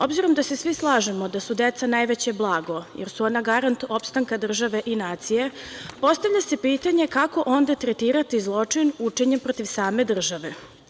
Obzirom da se svi slažemo da su deca najveće blago, jer su ona garant opstanka države i nacije, postavlja se pitanje – kako onda tretirati zločin učinjen protiv same države?